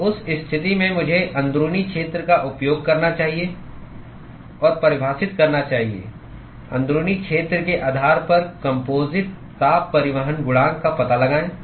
तो उस स्थिति में मुझे अंदरूनी क्षेत्र का उपयोग करना चाहिए और परिभाषित करना चाहिए अंदरूनी क्षेत्र के आधार पर कम्पोजिट ताप परिवहन गुणांक का पता लगाएं